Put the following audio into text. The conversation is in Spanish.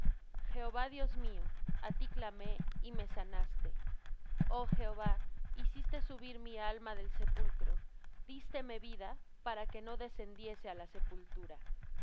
jehová dios mío a ti clamé y me sanaste oh jehová hiciste subir mi alma del sepulcro dísteme vida para que no descendiese á la sepultura